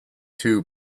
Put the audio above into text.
two